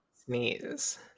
sneeze